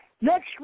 next